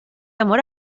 amor